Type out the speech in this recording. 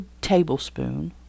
tablespoon